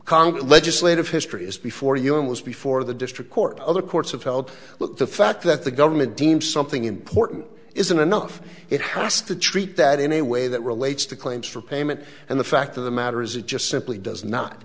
congress legislative history is before you and was before the district court other courts upheld look the fact that the government deems something important isn't enough it has to treat that in a way that relates to claims for payment and the fact of the matter is it just simply does not